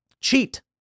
Cheat